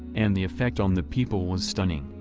and the effect on the people was stunning.